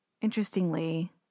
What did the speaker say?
interestingly